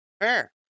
Fair